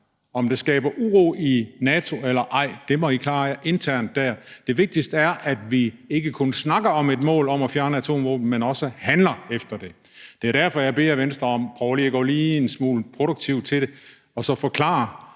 det skaber uro i NATO eller ej, må I klare internt. Det vigtigste er, at vi ikke kun snakker om et mål om at fjerne atomvåben, men også handler efter det. Det er jo derfor, jeg beder Venstre om at prøve at gå lidt produktivt til det og forklare,